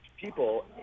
people